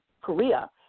Korea